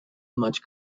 much